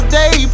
day